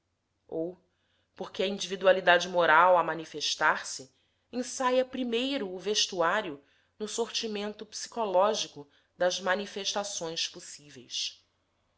ou porque a individualidade moral a manifestar-se ensaia primeiro o vestuário no sortimento psicológico das manifestações possíveis